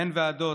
אין ועדות,